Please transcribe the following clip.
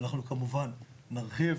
נוכל להרחיב.